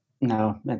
No